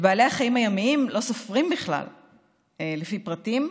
את בעלי החיים הימיים לא סופרים בכלל לפי פרטים,